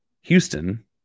Houston